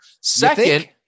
Second